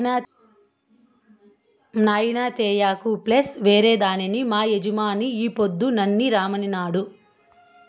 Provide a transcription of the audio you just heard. నాయినా తేయాకు ప్లస్ ఏరే దానికి మా యజమాని ఈ పొద్దు నన్ను రమ్మనినాడు